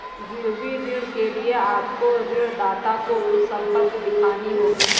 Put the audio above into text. गिरवी ऋण के लिए आपको ऋणदाता को कुछ संपत्ति दिखानी होगी